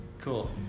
Cool